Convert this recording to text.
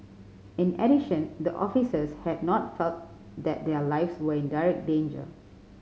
in addition the officers had not felt that their lives were in direct danger